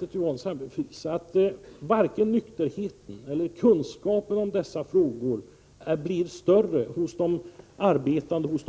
Nej, Yvonne Sandberg-Fries, jag tror inte att vare sig nykterheten eller kunskapen om dessa frågor blir större hos